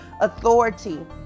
authority